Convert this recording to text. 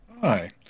Hi